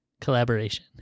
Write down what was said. collaboration